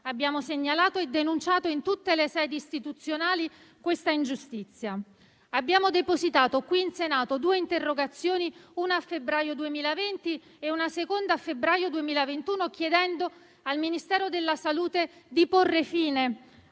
un anno segnaliamo e denunciamo in tutte le sedi istituzionali questa ingiustizia. Abbiamo depositato qui in Senato due interrogazioni, la prima a febbraio 2020 e la seconda a febbraio 2021, chiedendo al Ministro della salute di porre fine